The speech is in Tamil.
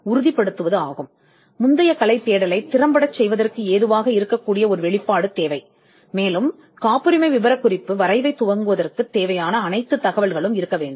ஒரு முன் கலைத் தேடலை திறம்படச் செய்யவும் காப்புரிமை விவரக்குறிப்பின் வரைவைத் தொடங்கவும் உதவும் ஒரு வெளிப்பாடு